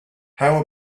how